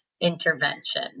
intervention